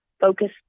focus